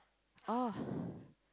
oh